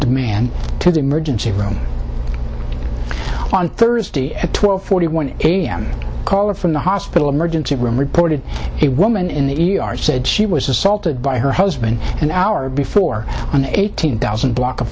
me to the emergency room on thursday at twelve forty one a m caller from the hospital emergency room reported a woman in the e r said she was assaulted by her husband an hour before an eighteen thousand block